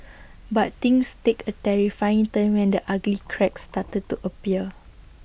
but things take A terrifying turn when the ugly cracks started to appear